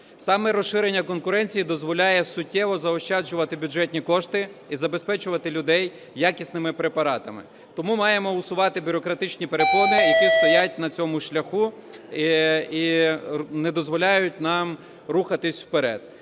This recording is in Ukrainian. Саме розширення конкуренції дозволяє суттєво заощаджувати бюджетні кошти і забезпечувати людей якісними препаратами. Тому маємо усувати бюрократичні перепони, які стоять на цьому шляху і не дозволяють нам рухатися вперед.